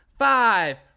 Five